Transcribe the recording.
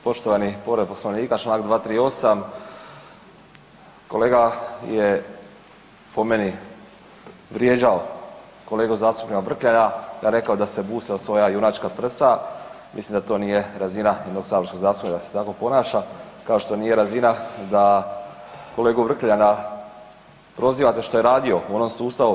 Poštovani, povreda Poslovnika, Članak 238., kolega je po meni vrijeđao kolegu zastupnika Vrkljana, rekao da se busa o svoja junačka prsa, mislim da to nije razina jednog saborskog zastupnika da se tako ponaša kao što nije razina da kolegu Vrkljana prozivate što je radio u onom sustavu.